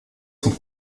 sont